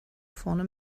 vorne